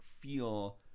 feel